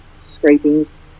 scrapings